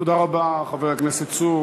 תודה רבה, חבר הכנסת צור.